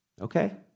Okay